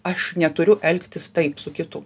aš neturiu elgtis taip su kitu